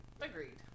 Agreed